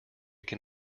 can